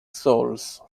souls